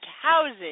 housing